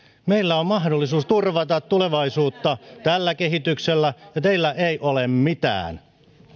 meillä on mahdollisuus turvata tulevaisuutta tällä kehityksellä ja teillä ei ole mitään